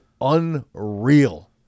unreal